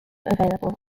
available